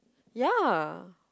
ya